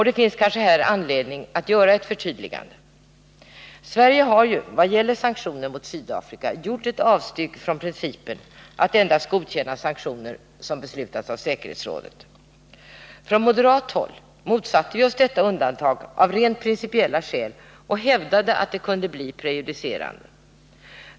Det finns kanske här anledning att göra ett förtydligande. Sverige har ju vad gäller sanktioner mot Sydafrika gjort ett avsteg från principen att endast godkänna sanktioner som beslutats av säkerhetsrådet. Från moderat håll motsatte vi oss detta undantag av rent principiella skäl och hävdade att det kan bli prejudicerande.